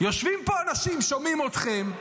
יושבים פה אנשים, שומעים אתכם.